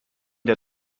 der